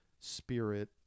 spirit